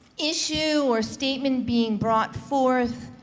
issue or statement being brought forth,